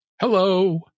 Hello